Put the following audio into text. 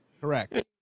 Correct